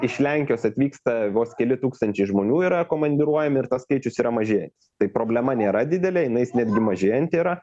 iš lenkijos atvyksta vos keli tūkstančiai žmonių yra komandiruojami ir tas skaičius yra mažėjantis tai problema nėra didelė jinais netgi mažėjanti yra